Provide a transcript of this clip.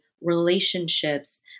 relationships